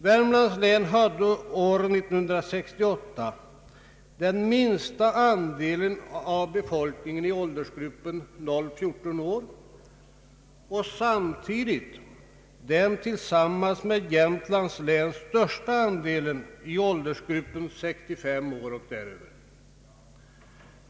Värmlands län hade år 1968 den minsta andelen av befolkningen i åldersgruppen 0--14 år och samtidigt tillsammans med Jämtlands län den största andelen i åldersgruppen 65 år och däröver.